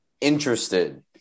interested